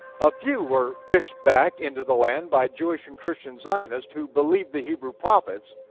a few were fished back into the land by jewish and christian zionists who believed the hebrew prophets.